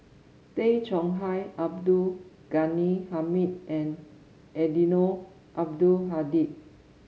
Tay Chong Hai Abdul Ghani Hamid and Eddino Abdul Hadi